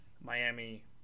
miami